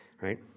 right